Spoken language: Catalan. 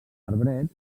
arbrets